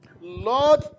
Lord